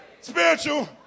spiritual